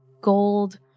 gold